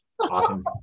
Awesome